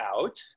out